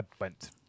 went